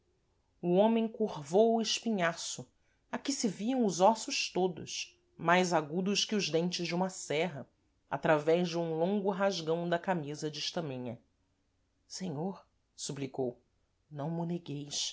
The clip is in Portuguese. o homem curvou o espinhaço a que se viam os ossos todos mais agudos que os dentes de uma serra através de um longo rasgão da camisa de estamenha senhor suplicou não mo